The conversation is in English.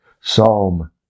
Psalm